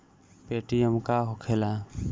Paytm का होखेला?